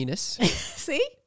See